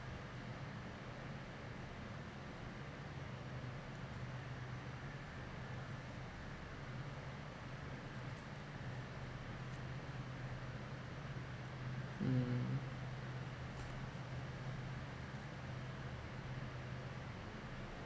mm